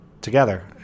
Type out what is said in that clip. together